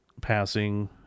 passing